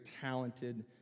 talented